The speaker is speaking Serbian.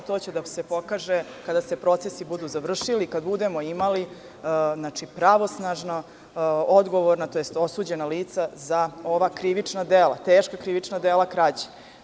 To će da se pokaže kada se procesi budu završili, kada budemo imali pravosnažno odgovorna, tj. osuđena lica za ova krivična dela, teška krivična dela krađe.